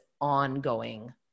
ongoing